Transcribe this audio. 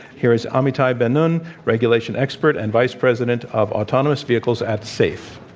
here is amitai bin-nun, regulation expert and vice president of autonomous vehicles at safe.